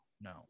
No